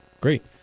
Great